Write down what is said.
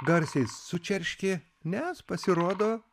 garsiai sučirškė nes pasirodo